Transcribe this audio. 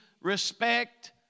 respect